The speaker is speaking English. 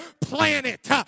planet